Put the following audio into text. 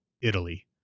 Italy